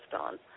on